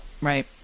Right